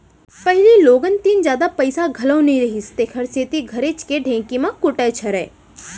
पहिली लोगन तीन जादा पइसा घलौ नइ रहिस तेकर सेती घरेच के ढेंकी म कूटय छरय